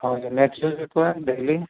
हा नेट सुठो आहे डेली